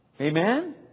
Amen